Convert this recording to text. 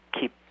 keep